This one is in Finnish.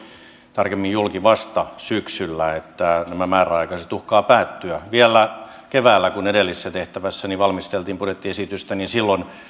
tarkemmin julki vasta syksyllä että nämä määräaikaiset uhkaavat päättyä vielä keväällä kun edellisessä tehtävässäni valmisteltiin budjettiesitystä